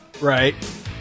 Right